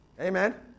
Amen